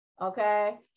Okay